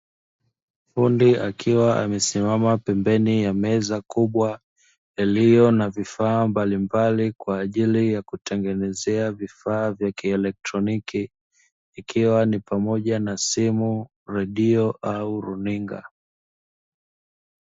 Fundi akiwa amesimama pembeni ya meza kubwa iliyo na vifaa mbalimbali kwa ajili ya kutengenezea vifaa vya kielektroniki ikiwa ni pamoja na, simu, redio, au luninga.